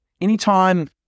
anytime